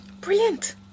Brilliant